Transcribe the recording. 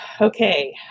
okay